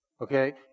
Okay